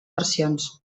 versions